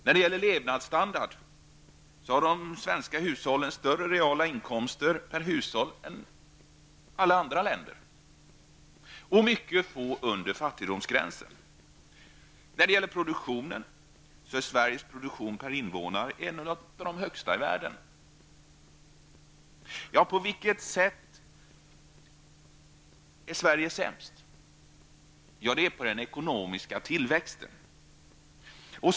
När det gäller levnadsstandard har de svenska hushållen större reala inkomster per hushåll än hushåll i alla andra länder, och mycket få människor lever under fattigdomsgränsen. Sveriges produktion per invånare är en av de högsta i världen. På vilket sätt är Sverige sämst? Det är i fråga om den ekonomiska tillväxten.